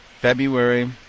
February